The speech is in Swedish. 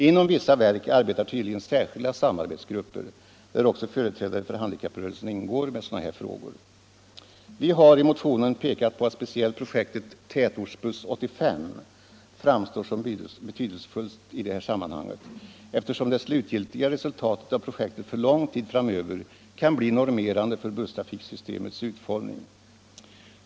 Inom vissa verk arbetar tydligen särskilda samarbetsgrupper, i vilka även företrädare för handikapprörelsen ingår, med sådana här frågor. Vi har i motionen pekat på att speciellt projektet Tätortsbuss 1985 framstår som betydelsefullt, eftersom det slutgiltiga resultatet av projektet för lång tid framöver kan bli normerande för busstrafiksystemets utformning.